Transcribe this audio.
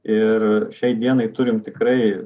ir šiai dienai turime tikrai